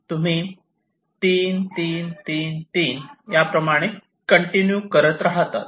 तुम्ही 3 3 3 3 3 याप्रमाणे कंटिन्यू करत राहतात